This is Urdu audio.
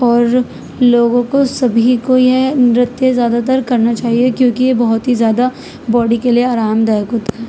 اور لوگوں کو سبھی کو یہ نرتیہ زیادہ تر کرنا چاہیے کیونکہ یہ بہت ہی زیادہ باڈی کے لیے آرام دائک ہوتا ہے